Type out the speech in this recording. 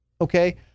okay